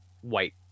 white